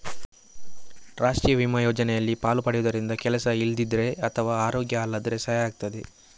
ರಾಷ್ಟೀಯ ವಿಮಾ ಯೋಜನೆಯಲ್ಲಿ ಪಾಲು ಪಡೆಯುದರಿಂದ ಕೆಲಸ ಇಲ್ದಿದ್ರೆ ಅಥವಾ ಅರೋಗ್ಯ ಹಾಳಾದ್ರೆ ಸಹಾಯ ಆಗ್ತದೆ